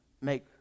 make